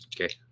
Okay